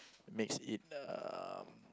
makes it uh